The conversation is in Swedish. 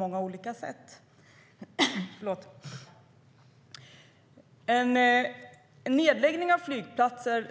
När det gäller nedläggning av flygplatser